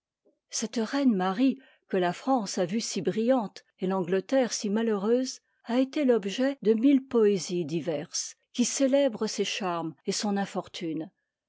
cette reine marie que la france a vue si brillante et l'angleterre si malheureuse a été l'objet de mille poésies diverses qui célèbrent ses charmes et son infortune